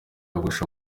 yogosha